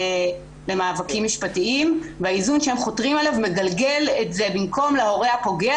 למאבקים משפטיים והאיזון שהם חותרים אליו מגלגל את זה במקום להורה הפוגע,